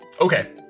Okay